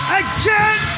again